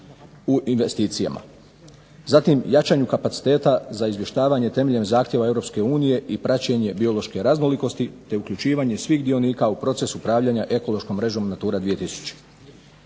u investicijama, zatim jačanju kapaciteta za izvještavanje temeljem zahtjeva Europske unije i praćenje biološke raznolikosti te uključivanje svih dionika u procesu upravljanja ekološkom mrežom Natura 2000.